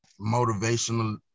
motivational